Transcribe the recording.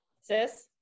sis